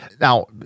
Now